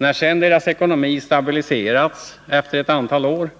När sedan deras ekonomi stabiliserats efter ett antal år